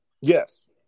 Yes